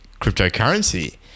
cryptocurrency